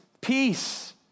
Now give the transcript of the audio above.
peace